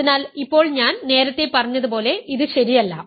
അതിനാൽ ഇപ്പോൾ ഞാൻ നേരത്തെ പറഞ്ഞതുപോലെ ഇത് ശരിയല്ല